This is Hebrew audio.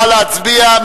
נא להצביע.